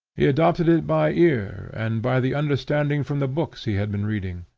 he adopted it by ear and by the understanding from the books he had been reading.